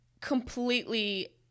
completely